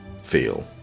feel